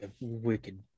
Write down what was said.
wicked